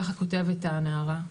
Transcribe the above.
ככה כותבת הנערה,